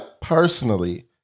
personally